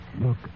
Look